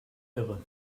irre